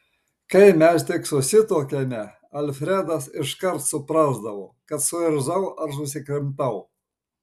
kai mes tik susituokėme alfredas iškart suprasdavo kad suirzau ar susikrimtau